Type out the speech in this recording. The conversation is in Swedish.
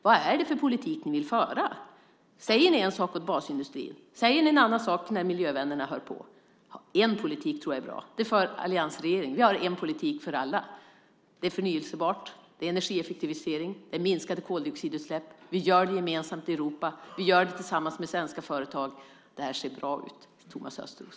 Vad är det för politik ni vill föra? Säger ni en sak åt basindustrin och en annan sak när miljövännerna hör på? Jag tror att det är bra med en politik. Det för alliansregeringen. Vi har en politik för alla. Det handlar om förnybart, energieffektivisering och minskade koldioxidutsläpp. Vi gör det gemensamt i Europa. Vi gör det tillsammans med svenska företag. Det här ser bra ut, Thomas Östros.